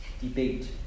debate